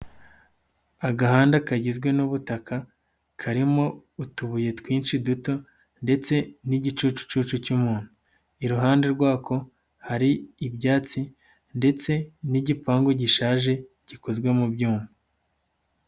Agahanda kagizwe n'ubutaka, karimo utubuye twinshi duto ndetse n'igicucu cy'umuntu, iruhande rwako hari ibyatsi ndetse n'igipangu gishaje gikozwe mu byuma.